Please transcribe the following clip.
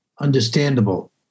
understandable